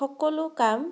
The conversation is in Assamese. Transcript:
সকলো কাম